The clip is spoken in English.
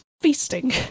feasting